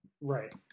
Right